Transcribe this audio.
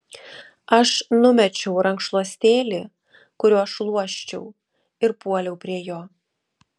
aš numečiau rankšluostėlį kuriuo šluosčiau ir puoliau prie jo